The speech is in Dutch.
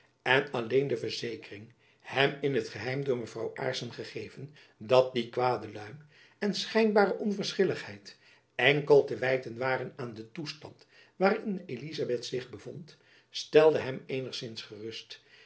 en alleen de verzekering hem in t geheim door mevrouw aarssen gegeven dat die kwade luim en schijnbare onverschilligheid enkel te wijten waren aan den toestand waarin elizabeth zich bevond stelde hem eenigzins gerust